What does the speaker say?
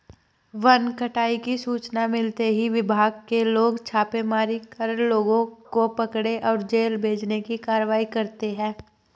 one कटाई की सूचना मिलते ही विभाग के लोग छापेमारी कर लोगों को पकड़े और जेल भेजने की कारवाई करते है